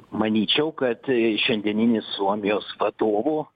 manyčiau kad šiandieninis suomijos vadovo